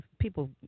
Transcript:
People